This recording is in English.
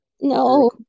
no